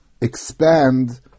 expand